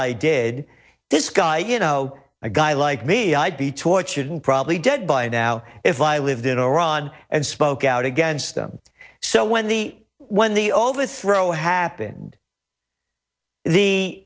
i did this guy you know a guy like me i'd be tortured and probably dead by now if i lived in iran and spoke out against them so when the when the overthrow happened the